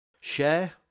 share